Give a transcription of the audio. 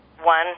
one